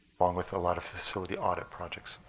along with a lot of facility audit projects.